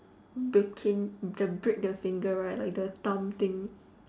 breaking the break the finger right like the thumb thing